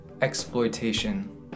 exploitation